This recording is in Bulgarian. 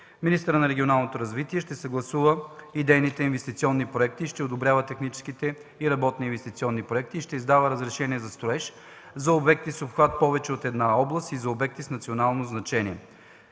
Министърът на регионалното развитие ще съгласува идейните инвестиционни проекти и ще одобрява техническите и работните инвестиционни проекти и ще издава разрешенията за строеж за обекти с обхват повече от една област или за обекти с национално значение,